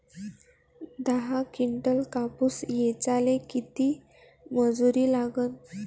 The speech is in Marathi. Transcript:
दहा किंटल कापूस ऐचायले किती मजूरी लागन?